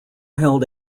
held